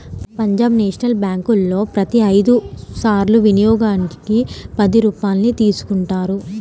Punjab national బ్యేంకులో ప్రతి ఐదు సార్ల వినియోగానికి పది రూపాయల్ని తీసుకుంటారు